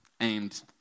aimed